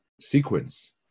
sequence